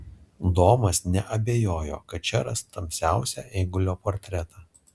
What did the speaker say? domas neabejojo kad čia ras tamsiausią eigulio portretą